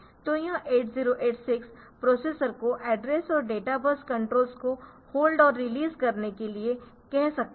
तो यह 8086 प्रोसेसर को एड्रेस और डेटा बस कंट्रोल्स को होल्ड और रिलीज़ करने के लिए कह सकता है